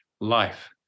life